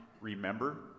remember